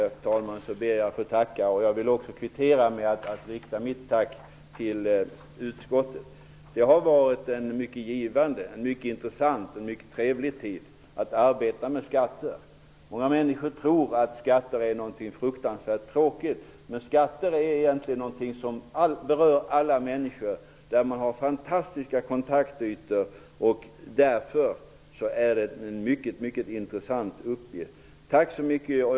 Herr talman! För de sistnämnda orden ber jag att få tacka. Jag vill också kvittera med att rikta mitt tack till utskottet. Det har varit en mycket givande, intressant och trevlig tid att arbeta med skattefrågor. En del människor tror att skatter är någonting fruktansvärt tråkigt. Men skatter berör egentligen alla människor, och man får fantastiska kontaktytor. Därför är det en mycket, mycket intressant uppgift. Tack så mycket.